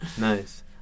Nice